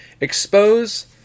expose